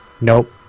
nope